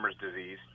disease